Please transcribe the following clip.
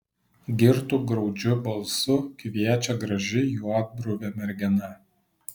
girtu graudžiu balsu kviečia graži juodbruvė mergina